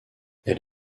elle